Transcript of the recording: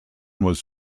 was